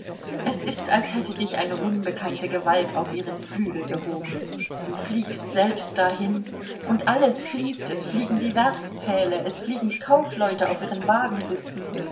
es ist als hätte dich eine unbekannte gewalt auf ihren flügel gehoben du fliegst selbst dahin und alles fliegt es fliegen die werstpfähle es fliegen die kaufleute auf ihren